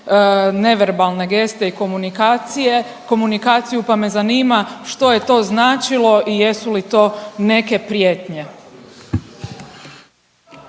neverbalne geste i komunikacije komunikaciju pa me zanima što je to značilo i jesu li to neke prijetnje?